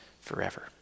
forever